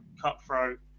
cutthroat